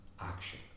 action